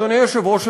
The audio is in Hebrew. אדוני היושב-ראש,